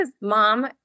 mom